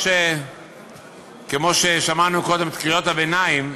כמו ששמענו קודם בקריאות הביניים,